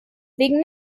wegen